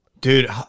dude